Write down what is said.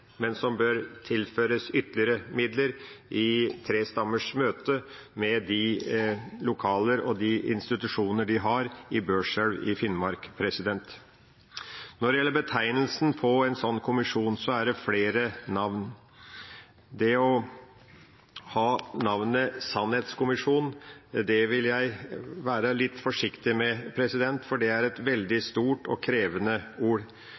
men som bør tilføres ytterligere midler i tre stammers møte, med de lokalene og de institusjonene de har i Børselv i Finnmark. Når det gjelder betegnelsen på en slik kommisjon, er det flere navn. Navnet Sannhetskommisjonen vil jeg være litt forsiktig med, for det er et veldig stort og krevende ord.